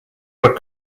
were